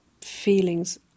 feelings